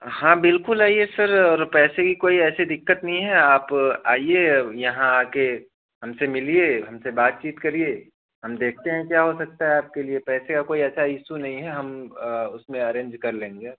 हाँ बिल्कुल आइए सर और पैसे की कोई ऐसी दिक़्क़त नहीं है आप आइए यहाँ आकर हम से मिलिए हम से बातचीत करिए हम देखते हैं क्या हो सकता है आपके लिए पैसे का कोई ऐसा इशू नहीं है हम उसमें अरेंज कर लेंगे